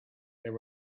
there